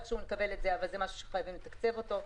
זה משהו שחייבים לתקצב אותו.